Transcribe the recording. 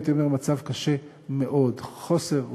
הייתי אומר מצב קשה מאוד: חוסר ודאות,